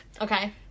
okay